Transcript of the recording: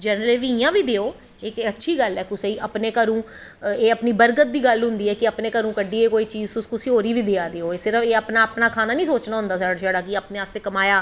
जनवरें गी इयां बी देओ इक अच्छी गल्ल ऐ कुसेंगी अपनें घरों ओएह् अपनी बरकत दी गल्ल होंदी ऐ कि अपनें घरों कड्डियै कोई चीज़ कुसे होर गी बी देआ दे ओ सिर्फ अपनां अपनां खाना नी सोचनां होंदा कि छड़ा अपनें आस्तै कमाया